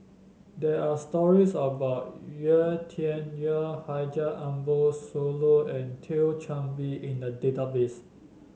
there are stories about Yau Tian Yau Haji Ambo Sooloh and Thio Chan Bee in the database